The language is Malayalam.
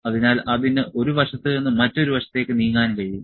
അതിനാൽ അതിന് ഒരു വശത്ത് നിന്നും മറ്റൊരു വശത്തേക്ക് നീങ്ങാൻ കഴിയും